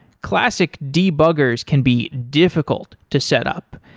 classic debuggers can be difficult to set up,